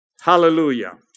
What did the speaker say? Hallelujah